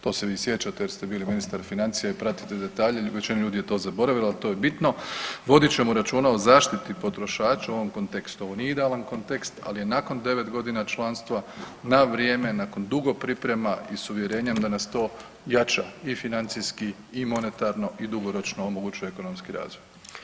To se vi sjećate jer ste bili ministar financija i pratite detalje, većina ljudi je to zaboravilo, ali to je bitno, vodit ćemo računa o zaštiti potrošača u ovom kontekstu, ovo nije idealan kontekst, ali je nakon 9 godina članstva na vrijeme, nakon dugo priprema i s uvjerenjem da nas to jača i financijski i monetarno i dugoročno omogućuje ekonomski razvoj.